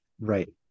right